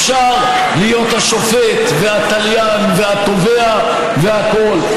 אפשר להיות השופט והתליין והתובע והכול.